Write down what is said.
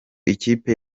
ikipe